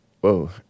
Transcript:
Whoa